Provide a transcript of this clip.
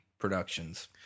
productions